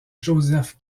joseph